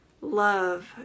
love